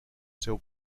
seu